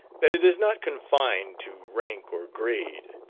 that it is not confined to rank or grade.